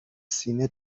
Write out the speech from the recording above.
سینه